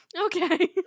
Okay